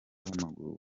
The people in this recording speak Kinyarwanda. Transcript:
w’amaguru